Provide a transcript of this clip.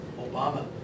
Obama